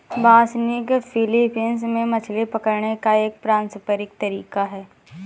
बासनिग फिलीपींस में मछली पकड़ने का एक पारंपरिक तरीका है